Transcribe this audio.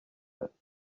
ati